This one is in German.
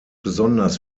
besonders